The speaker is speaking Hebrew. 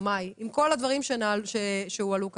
במאי עם כל הדברים שהועלו כאן,